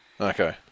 Okay